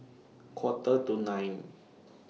Quarter to nine